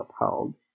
upheld